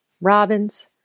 robins